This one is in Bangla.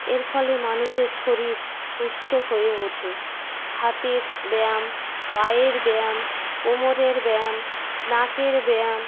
এর ফলে মানুষের শরীর সুস্থ হয়ে ওঠে হাতের ব্যায়াম পায়ের ব্যায়াম কোমরের ব্যায়াম নাকের ব্যায়াম